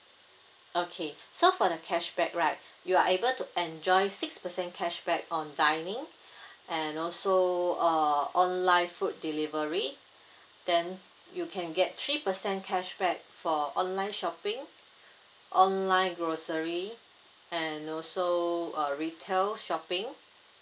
okay so for the cashback right you are able to enjoy six percent cashback on dining and also uh online food delivery then you can get three percent cashback for online shopping online grocery and also uh retail shopping